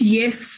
yes